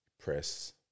press